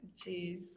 Jeez